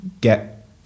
get